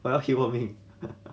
我要 hayward me